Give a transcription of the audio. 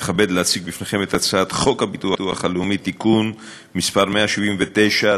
להציג בפניכם את הצעת חוק הביטוח הלאומי (תיקון מס' 179),